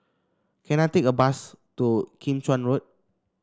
can I take a bus to Kim Chuan Road